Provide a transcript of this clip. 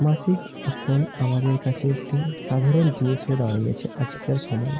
মাসিক এখন আমাদের কাছে একটি সাধারণ জিনিস হয়ে দাঁড়িয়েছে আজকের সময়ে